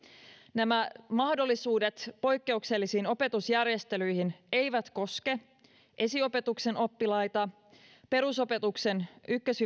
nämä mahdollisuudet poikkeuksellisiin opetusjärjestelyihin eivät koske esiopetuksen oppilaita perusopetuksen ykkös